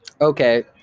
okay